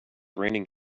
raining